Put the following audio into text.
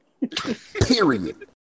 Period